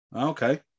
Okay